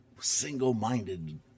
single-minded